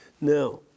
Now